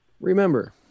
Remember